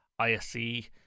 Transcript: isc